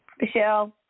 Michelle